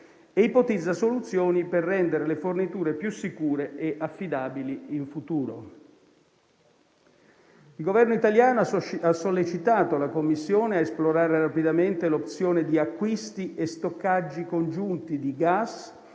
e ipotizza soluzioni per rendere le forniture più sicure e affidabili in futuro. Il Governo italiano ha sollecitato la Commissione a esplorare rapidamente l'opzione di acquisti e stoccaggi congiunti di gas